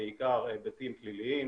בעיקר היבטים פליליים,